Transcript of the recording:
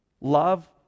Love